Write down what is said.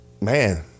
man